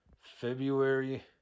February